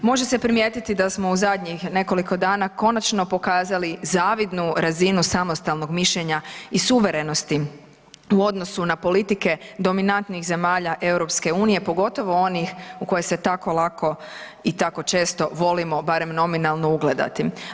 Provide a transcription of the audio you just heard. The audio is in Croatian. Može se primijetiti da smo u zadnjih nekoliko dana konačno pokazali zavidnu razinu samostalnog mišljenja i suverenosti u odnosu na politike dominantnih zemalja EU-a pogotovo onih u koje se tako lako i tako često volimo, barem nominalno ugledati.